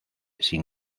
sin